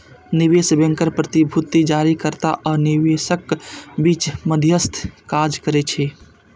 निवेश बैंकर प्रतिभूति जारीकर्ता आ निवेशकक बीच मध्यस्थक काज करै छै